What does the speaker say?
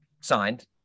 signed